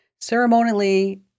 ceremonially